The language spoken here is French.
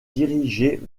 dirigée